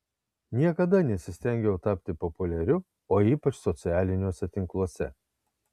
niekada nesistengiau tapti populiariu o ypač socialiniuose tinkluose